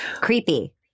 Creepy